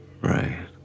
Right